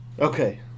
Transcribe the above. Okay